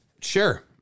Sure